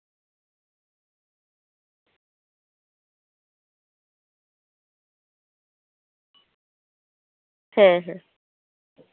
ᱦᱮᱸ ᱦᱮᱸ